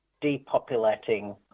depopulating